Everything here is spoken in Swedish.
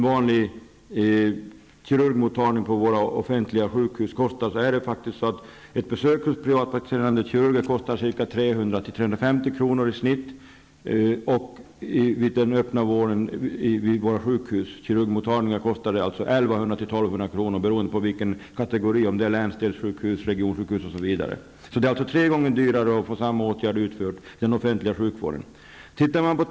På en kirurgmottagning i den öppna vården vid våra offentliga sjukhus kostar exakt samma åtgärd 1 100--1 200 kr., beroende på vilken kategori sjukhuset hör till, om det är ett länsdelssjukhus eller ett regionsjukhus osv. Det är alltså tre gånger dyrare att få samma åtgärd utförd i den offentliga sjukvården.